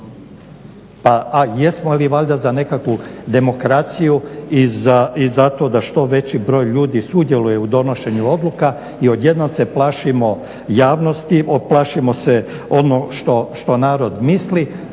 Pa jesmo li valjda za nekakvu demokraciju i za to da što veći broj ljudi sudjeluje u donošenju odluka i odjednom se plašimo javnosti, plašimo se ono što narod misli